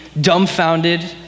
dumbfounded